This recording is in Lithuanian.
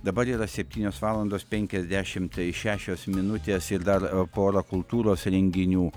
dabar yra septynios valandos penkiasdešimt šešios minutės ir dar pora kultūros renginių